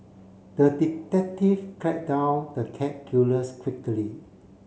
the detective tracked down the cat killers quickly